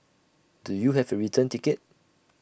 do you have A return ticket